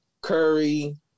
Curry